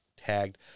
tagged